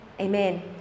amen